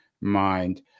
Mind